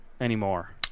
anymore